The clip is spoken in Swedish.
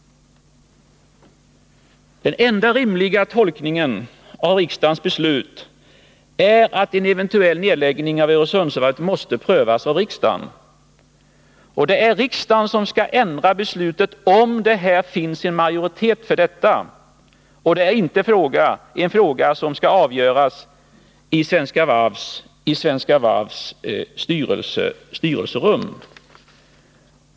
Den enda rimliga tolkningen av riksdagens beslut är att en eventuell nedläggning av Öresundsvarvet måste prövas av riksdagen. Det är riksdagen som skall ändra beslutet, om det här finns en majoritet för detta. Det är inte en fråga som skall avgöras i Svenska Varvs styrelserum.